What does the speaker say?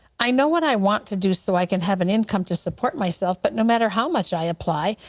i know what i want to do so i can have an income to support myself but no matter how much i apply,